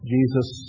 Jesus